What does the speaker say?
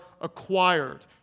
acquired